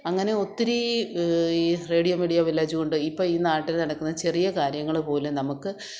അങ്ങനെ ഒത്തിരി ഈ റേഡിയോ മീഡിയ വില്ലേജ് കൊണ്ട് ഇപ്പോള് ഈ നാട്ടില് നടക്കുന്ന ചെറിയ കാര്യങ്ങള് പോലും നമുക്ക്